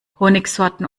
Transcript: honigsorten